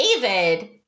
David